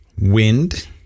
wind